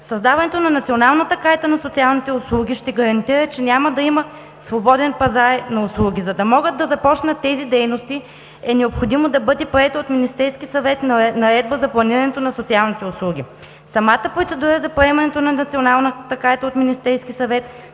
Създаването на Националната карта на социалните услуги ще гарантира, че няма да има свободен пазар на услуги. За да могат да започнат тези дейности, е необходимо да бъде приета от Министерския съвет Наредба за планирането на социалните услуги. Самата процедура за приемането на Националната карта от Министерския съвет